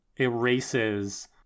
erases